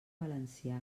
valencià